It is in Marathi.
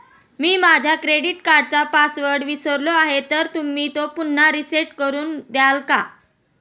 मी माझा क्रेडिट कार्डचा पासवर्ड विसरलो आहे तर तुम्ही तो पुन्हा रीसेट करून द्याल का?